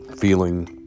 feeling